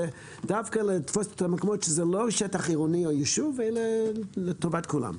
דווקא לתפוס את המקומות שהם לא שטח עירוני או ישוב אלא לטובת כולם.